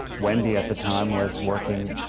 wendy, at the time, was working